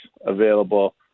available